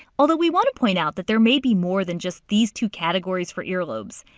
although we want to point out that there may be more than just these two categories for ear lobes,